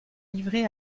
livrés